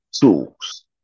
tools